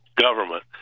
government